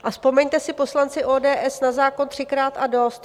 A vzpomeňte si, poslanci ODS, na zákon třikrát a dost.